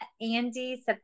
Andy